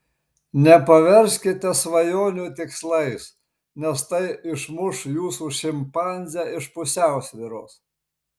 nepaverskite svajonių tikslais nes tai išmuš jūsų šimpanzę iš pusiausvyros